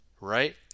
right